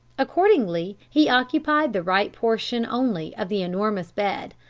accordingly he occupied the right portion only of the enormous bed.